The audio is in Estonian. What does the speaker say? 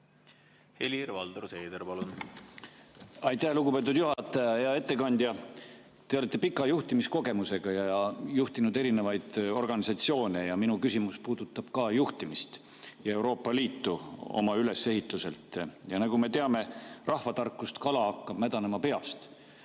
Helir-Valdor Seeder, palun! Aitäh, lugupeetud juhataja! Hea ettekandja! Te olete pika juhtimiskogemusega ja juhtinud erinevaid organisatsioone. Minu küsimus puudutab ka juhtimist ja Euroopa Liitu oma ülesehituselt. Me teame rahvatarkust, et kala hakkab mädanema peast.